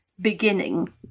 Beginning